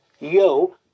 Yo